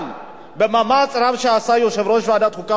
אבל במאמץ רב שעשה יושב-ראש ועדת החוקה,